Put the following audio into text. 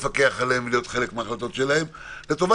לפקח עליהם ולהיות חלק מההחלטות שלהם לטובת